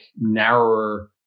narrower